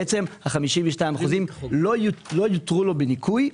בעצם ה-52% לא יותרו לו בניכוי,